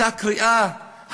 אותה קריאה,